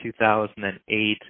2008